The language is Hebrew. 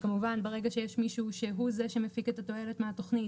כשכמובן ברגע שיש מישהו שהוא זה שמפיק את התועלת מהתוכנית,